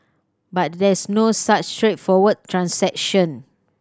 but there's no such straightforward transaction